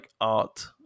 art